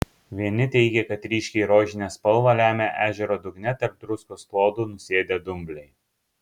vieni teigė kad ryškiai rožinę spalvą lemia ežero dugne tarp druskos klodų nusėdę dumbliai